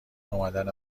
امدن